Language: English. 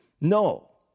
No